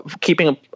keeping